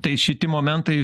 tai šiti momentai